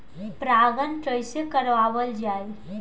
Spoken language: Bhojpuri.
परागण कइसे करावल जाई?